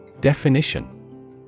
Definition